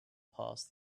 past